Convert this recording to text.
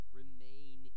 remain